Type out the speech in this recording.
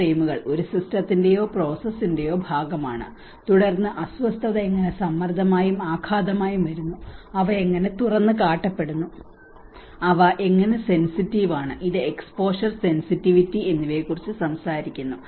ഈ ഫ്രെയിമുകൾ ഒരു സിസ്റ്റത്തിന്റെയോ പ്രോസസ്സിന്റെയോ ഭാഗമാണ് തുടർന്ന് അസ്വസ്ഥത എങ്ങനെ സമ്മർദ്ദമായും ആഘാതമായും വരുന്നു അവ എങ്ങനെ തുറന്നുകാട്ടപ്പെടുന്നു അവ എങ്ങനെ സെൻസിറ്റീവ് ആണ് ഇത് എക്സ്പോഷർ സെൻസിറ്റിവിറ്റി എന്നിവയെക്കുറിച്ച് സംസാരിക്കുന്നു